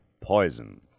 poison